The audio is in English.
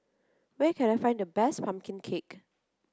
where can I find the best Pumpkin Cake